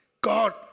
God